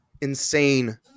insane